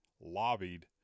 lobbied